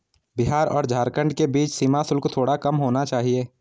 बिहार और झारखंड के बीच सीमा शुल्क थोड़ा कम होना चाहिए